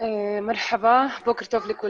בוקר טוב.